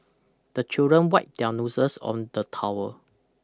the children wipe their noses on the towel